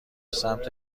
سمت